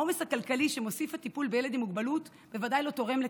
העומס הכלכלי שמוסיף הטיפול בילד עם מוגבלות בוודאי לא תורם לכך.